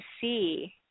see